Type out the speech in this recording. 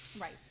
right